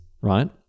right